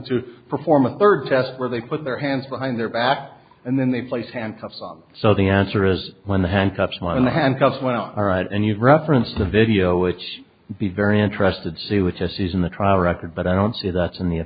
to perform a third test where they put their hands behind their back and then they place hand cuffs on so the answer is when the handcuffs on the handcuffs went on all right and you've referenced the video which be very interested to see which ses in the trial record but i don't see that in the